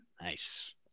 Nice